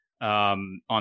on